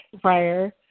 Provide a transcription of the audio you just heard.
prior